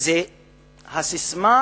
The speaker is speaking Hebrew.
זו הססמה